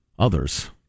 Others